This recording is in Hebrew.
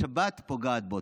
השבת פוגעת בו.